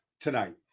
tonight